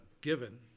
given